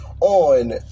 on